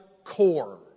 core